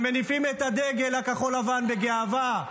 ומניפים את הדגל הכחול-לבן בגאווה,